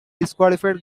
disqualified